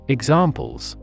Examples